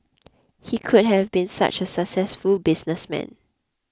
he could have been such a successful businessman